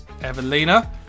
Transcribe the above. evelina